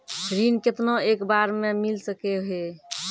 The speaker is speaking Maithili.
ऋण केतना एक बार मैं मिल सके हेय?